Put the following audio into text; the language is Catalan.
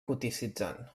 goticitzant